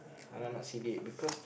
anak anak Sidek because